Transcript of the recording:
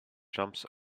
jumps